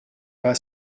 pas